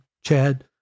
Chad